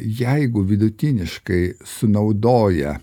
jeigu vidutiniškai sunaudoja